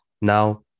now